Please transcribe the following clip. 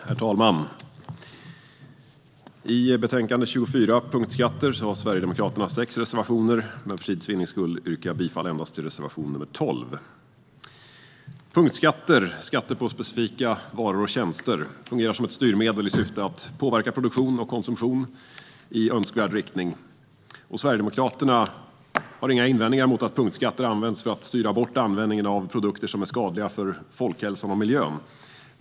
Herr talman! I betänkande 24 Punktskatter har Sverigedemokraterna sex reservationer, men för tids vinnande yrkar jag bifall endast till reservation nr 12. Punktskatter, skatter på specifika varor och tjänster, fungerar som ett styrmedel i syfte att påverka produktion och konsumtion i önskvärd riktning. Sverigedemokraterna har inga invändningar mot att punktskatter används för att motverka användningen av produkter som är skadliga för folkhälsan och miljön.